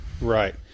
right